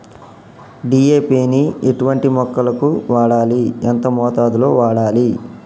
DAP ని ఎటువంటి మొక్కలకు వాడాలి? ఎంత మోతాదులో వాడాలి?